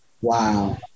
Wow